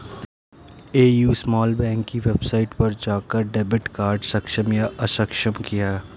AU small bank की website पर जाकर डेबिट कार्ड सक्षम या अक्षम किया